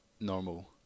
normal